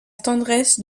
tendresse